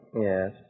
Yes